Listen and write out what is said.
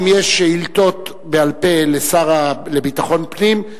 אם יהיו שאילתות בעל-פה לשר לביטחון פנים,